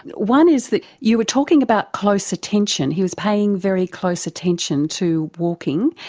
one is that you were talking about close attention, he was paying very close attention to walking,